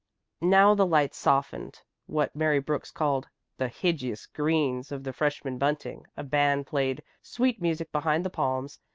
now the lights softened what mary brooks called the hidjous greens of the freshman bunting, a band played sweet music behind the palms,